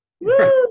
Woo